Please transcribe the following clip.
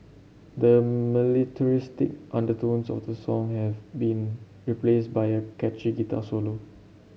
the militaristic undertones of the song have been replaced by a catchy guitar solo